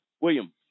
William